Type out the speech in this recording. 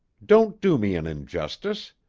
don't do me an injustice.